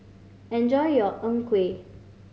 enjoy your Png Kueh